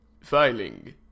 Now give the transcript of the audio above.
filing